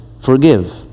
forgive